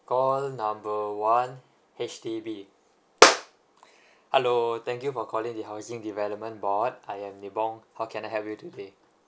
call number one H_D_B hello thank you for calling the housing development board I am nebong how can I help you today